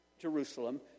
Jerusalem